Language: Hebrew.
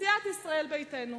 סיעת ישראל ביתנו.